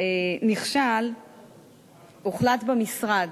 נכשל הוחלט במשרד,